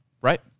Right